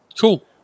cool